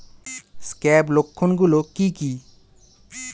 Scab লক্ষণ গুলো কি কি?